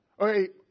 Okay